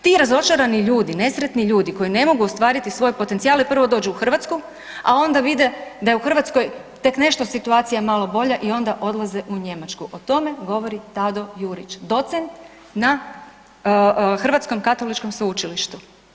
Ti razočarani ljudi, nesretni ljudi koji ne mogu ostvariti svoj potencijal prvo dođu u Hrvatsku, a onda vide da je u Hrvatskoj tek nešto situacija malo bolja i onda odlaze u Njemačku, o tome govori Tado Jurić docent na Hrvatskom katoličkom sveučilištu.